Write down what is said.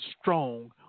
strong